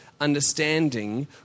understanding